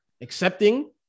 accepting